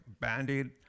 Band-Aid